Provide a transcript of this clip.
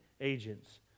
agents